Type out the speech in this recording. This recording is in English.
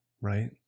right